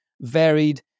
varied